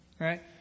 Right